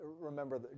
Remember